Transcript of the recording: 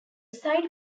side